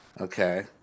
Okay